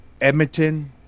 Edmonton